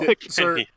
sir